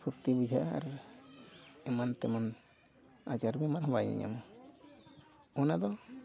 ᱯᱷᱩᱨᱛᱤ ᱵᱩᱡᱷᱟᱹᱜᱼᱟ ᱟᱨ ᱮᱢᱟᱱ ᱛᱮᱢᱟᱱ ᱟᱡᱟᱨ ᱵᱤᱢᱟᱨ ᱦᱚᱸ ᱵᱟᱭ ᱧᱟᱢᱟ ᱚᱱᱟᱫᱚ